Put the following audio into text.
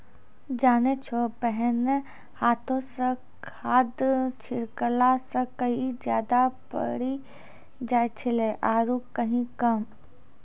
जानै छौ पहिने हाथों स खाद छिड़ला स कहीं ज्यादा पड़ी जाय छेलै आरो कहीं कम